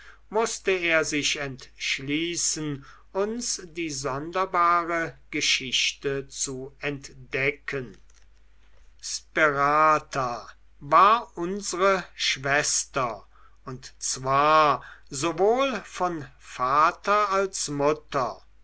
mußte er sich entschließen uns die sonderbare geschichte zu entdecken sperata war unsre schwester und zwar sowohl von vater als mutter